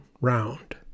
Round